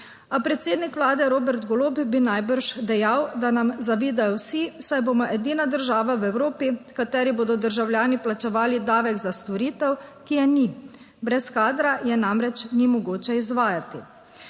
A predsednik Vlade Robert Golob bi najbrž dejal, da nam zavidajo vsi, saj bomo edina država v Evropi, v kateri bodo državljani plačevali davek za storitev, ki je ni - brez kadra je namreč ni mogoče izvajati.